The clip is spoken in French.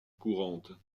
courante